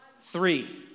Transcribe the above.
Three